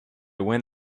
went